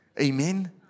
Amen